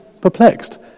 perplexed